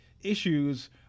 issues